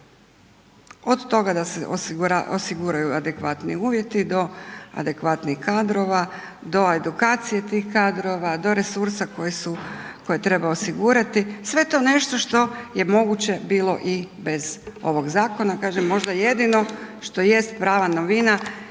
Od toga da se osiguraju adekvatni uvjeti do adekvatnih kadrova, do edukacije tih kadrova, do resursa koje treba osigurati. Sve to nešto što je moguće bilo i bez ovoga zakona, kažem možda jedino što jest prava novina i